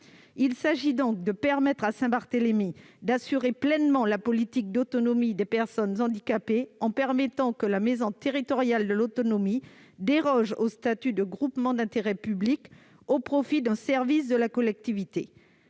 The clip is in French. Il s'agit donc de permettre à Saint-Barthélemy de mettre pleinement en oeuvre la politique d'autonomie des personnes handicapées, en permettant que la maison territoriale de l'autonomie déroge au statut de groupement d'intérêt public au profit d'un service de la collectivité.